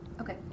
Okay